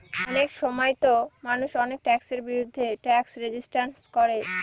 অনেক সময়তো মানুষ অনেক ট্যাক্সের বিরুদ্ধে ট্যাক্স রেজিস্ট্যান্স করে